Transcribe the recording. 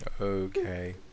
Okay